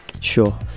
Sure